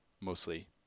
mostly